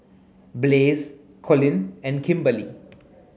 Blaze Colin and Kimberly